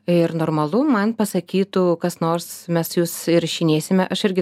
ir normalu man pasakytų kas nors mes jus įrašinėsime aš irgi